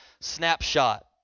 Snapshot